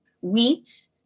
wheat